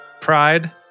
pride